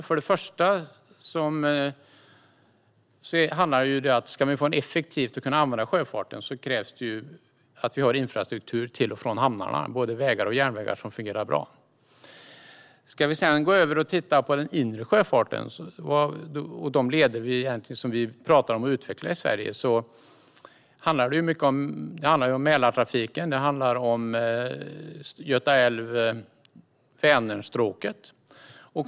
Först och främst handlar det om att för att kunna använda sjöfarten effektivt krävs det infrastruktur till och från hamnarna, både vägar och järnvägar, som fungerar bra. För att sedan gå över till den inre sjöfarten och de leder som vi pratar om att utveckla i Sverige handlar det mycket om Mälartrafiken och Göta älv-Vänerstråket.